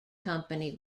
company